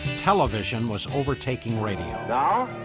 television was overtaking radio. ah